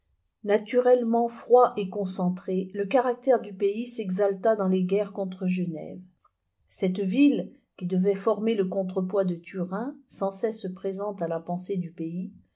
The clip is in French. naturellement froid et concentré le caractère du pays s'exalta dans les guerres contre genève cette ville qui devait former le contre-poids de turin sans cesse présente à la pensée du pays